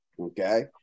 Okay